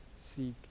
seek